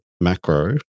macro